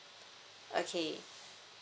okay